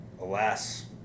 alas